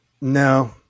No